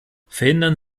verhindern